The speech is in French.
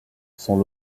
sont